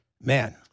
man